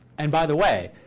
and by the way,